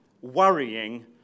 worrying